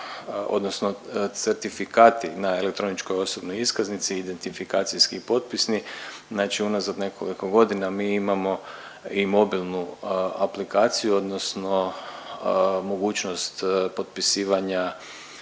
odnosno certifikati na elektroničkoj osobnoj iskaznici identifikacijski i potpisni, znači unazad nekoliko godina mi imamo i mobilnu aplikaciju odnosno mogućnost potpisivanja